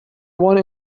one